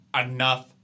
enough